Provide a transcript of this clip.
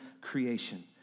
creation